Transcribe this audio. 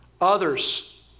others